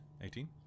Eighteen